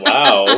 Wow